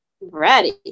Ready